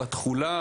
על התכולה,